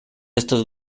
estos